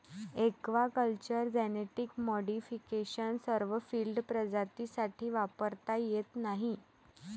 aquaculture genetic modification सर्व field प्रजातींसाठी वापरता येत नाही